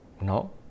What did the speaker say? No